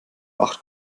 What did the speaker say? acht